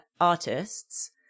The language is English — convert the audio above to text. artists